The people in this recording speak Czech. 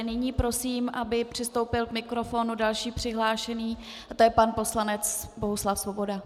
Nyní prosím, aby přistoupil k mikrofonu další přihlášený, a to je pan poslanec Bohuslav Svoboda.